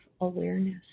awareness